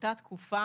לאותה תקופה